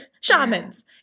shamans